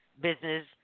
business